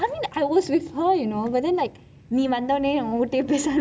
I mean I was with her but then like நீ வந்தோனே உங்கிட்டே பேச ஆரம்பிச்சு:ni vanthonei unkittei pesa arambichu